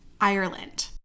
Ireland